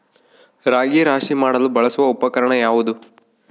ರಾಗಿ ರಾಶಿ ಮಾಡಲು ಬಳಸುವ ಉಪಕರಣ ಯಾವುದು?